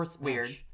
weird